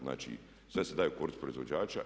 Znači sve se daje u korist proizvođača.